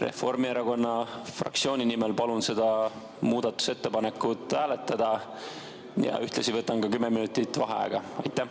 Reformierakonna fraktsiooni nimel palun seda muudatusettepanekut hääletada ja ühtlasi võtame kümme minutit vaheaega. Aitäh!